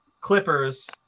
Clippers